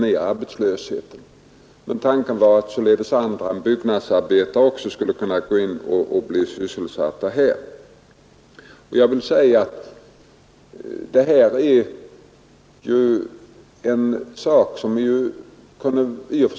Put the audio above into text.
Den ursprungliga tanken hos herr Andersson i Örebro och herr Elmstedt var emellertid att andra än byggnadsarbetare skulle kunna bli sysselsatta.